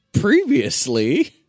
previously